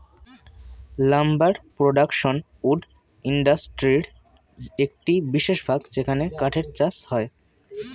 lumber production wood ইন্ডাস্ট্রির একটি বিশেষ ভাগ যেখানে কাঠের চাষ হয়